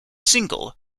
single